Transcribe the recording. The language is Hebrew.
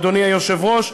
אדוני היושב-ראש,